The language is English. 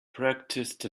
practiced